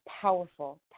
powerful